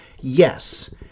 yes